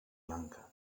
lanka